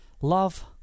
love